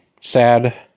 sad